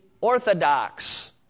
orthodox